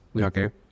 okay